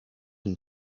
une